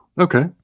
Okay